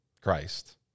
Christ